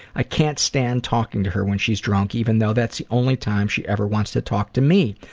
i can't stand talking to her when she's drunk even though that's the only time she ever wants to talk to me,